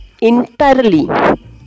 entirely